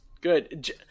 Good